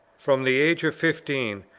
from the age of fifteen,